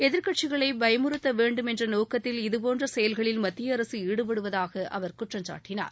எதிர்கட்சிகளை பயமுறுத்த வேண்டும் என்ற நோக்கத்தில் இதுபோன்ற செயல்களில் மத்திய அரசு ஈடுபடுவதாக அவர் குற்றம் சாட்டினார்